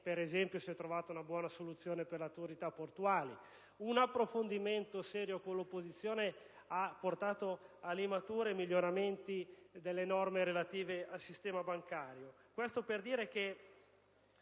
Per esempio si è trovata una buona soluzione per le autorità portuali. Un approfondimento serio con l'opposizione ha portato a limature e miglioramenti delle norme relative al sistema bancario. Questo per dire che